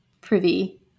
privy